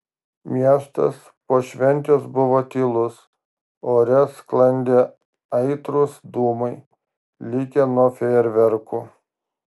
miestas po šventės buvo tylus ore sklandė aitrūs dūmai likę nuo fejerverkų